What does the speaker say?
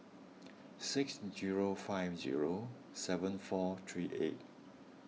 six zero five zero seven four three eight